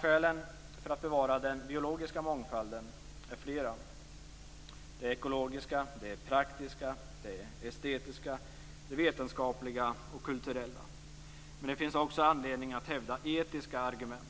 Skälen för att bevara den biologiska mångfalden är flera. Det är ekologiska, praktiska, estetiska, vetenskapliga och kulturella skäl. Men det finns också anledning att hävda etiska argument.